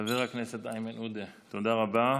חבר הכנסת איימן עודה, תודה רבה.